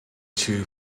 two